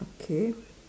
okay